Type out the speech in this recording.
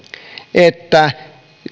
että